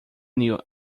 knew